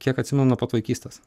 kiek atsimenu nuo pat vaikystės